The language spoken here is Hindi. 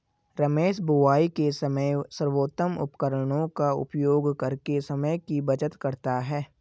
रमेश बुवाई के समय सर्वोत्तम उपकरणों का उपयोग करके समय की बचत करता है